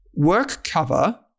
WorkCover